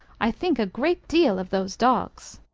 i think a great deal of those dogs,